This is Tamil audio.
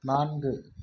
நான்கு